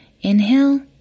Inhale